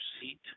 seat